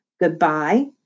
Goodbye